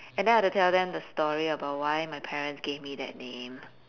and then I'll have to tell them the story about why my parents gave me that name